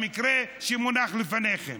במקרה שמונח לפניכם.